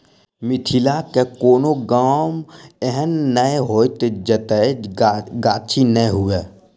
मिथिलाक कोनो गाम एहन नै होयत जतय गाछी नै हुए